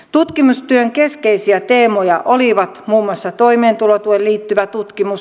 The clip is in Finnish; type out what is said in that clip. tutkimustyön keskeisiä teemoja olivat muun muassa toimeentulotukeen liittyvä tutkimus